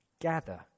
gather